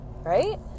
right